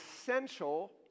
essential